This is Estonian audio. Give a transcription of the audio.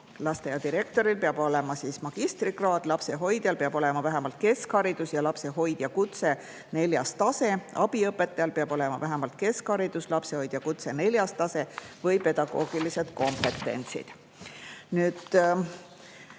Lasteaiadirektoril peab olema magistrikraad, lapsehoidjal peab olema vähemalt keskharidus ja lapsehoidja kutse neljas tase. Abiõpetajal peab olema vähemalt keskharidus, lapsehoidja kutse neljas tase või pedagoogilised kompetentsid.